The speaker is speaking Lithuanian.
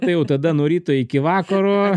tai jau tada nuo ryto iki vakaro